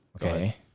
Okay